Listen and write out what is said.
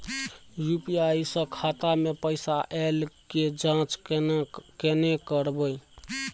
UPI स खाता मे पैसा ऐल के जाँच केने करबै?